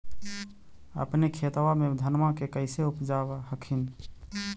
अपने खेतबा मे धन्मा के कैसे उपजाब हखिन?